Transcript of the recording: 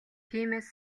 тиймээс